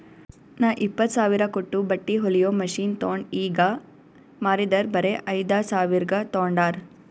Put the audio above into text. ನಾ ಇಪ್ಪತ್ತ್ ಸಾವಿರ ಕೊಟ್ಟು ಬಟ್ಟಿ ಹೊಲಿಯೋ ಮಷಿನ್ ತೊಂಡ್ ಈಗ ಮಾರಿದರ್ ಬರೆ ಐಯ್ದ ಸಾವಿರ್ಗ ತೊಂಡಾರ್